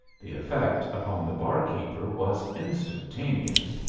the effect upon the barkeeper was instantaneous.